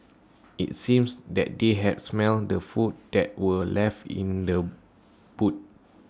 IT seemed that they had smelt the food that were left in the boot